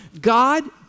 God